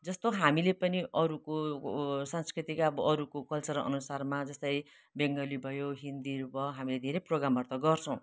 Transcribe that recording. जस्तो हामीले पनि अरूको सांस्कृतिक अब अरूको कल्चरअनुसारमा जस्तै बङ्गाली भयो हिन्दीहरू भयो हामीले धेरै प्रोग्रामहरू त गर्छौँ